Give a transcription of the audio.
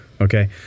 Okay